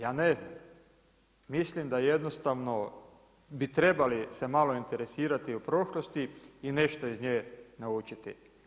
Ja ne znam, mislim da jednostavno bi trebali se malo interesirati o prošlosti i nešto iz nje naučiti.